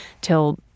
till